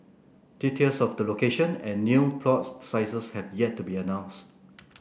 details of the location and new plot sizes have yet to be announced